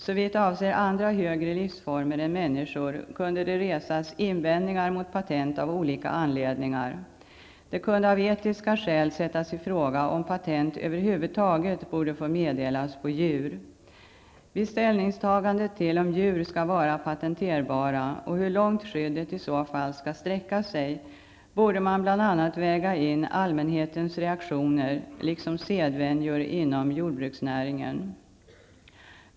Såvitt avser andra högre livsformer än människor kunde det resas invändningar mot patent av olika anledningar. Det kunde av etiska skäl sättas i fråga om patent över huvud taget borde få meddelas på djur. Vid ställningstagandet till om djur skall vara patenterbara och hur långt skyddet i så fall skall sträcka sig borde man bl.a. väga in allmänhetens reaktioner liksom sedvänjor inom jordbruksnäringen.